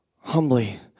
humbly